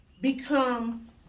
become